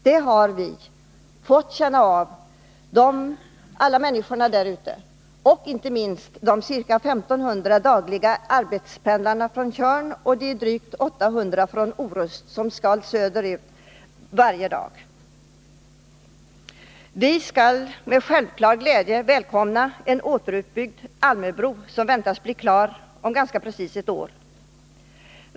Det har alla människor i området fått känna av, inte minst de ca 1500 personer som dagligen pendlar från Tjörn och de drygt 800 från Orust som skall söderut till sina arbeten varje dag. Vi skall självfallet med glädje välkomna en återuppbyggd Almöbro, som väntas bli klar om ganska precis ett år.